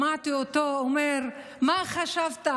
שמעתי אותו אומר: מה חשבת,